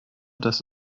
dass